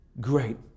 great